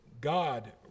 God